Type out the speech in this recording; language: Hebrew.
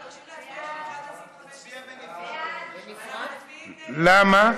אנחנו מבקשים להצביע בנפרד על סעיף 15. למה?